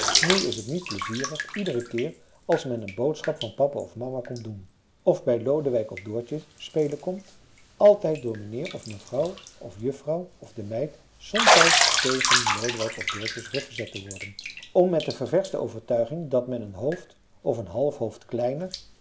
nu is het niet pleizierig ieder keer als men een boodschap van papa of mama komt doen of bij lodewijk of doortje spelen komt altijd door mijnheer of mevrouw of de juffrouw of de meid somtijds tegen lodewijks of doortjes rug gezet te worden om met de ververschte overtuiging dat men een hoofd of een half hoofd kleiner